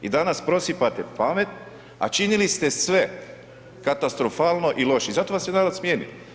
I danas prosipate pamet, a činili ste sve katastrofalno i loše i zato vas je narod smijenio.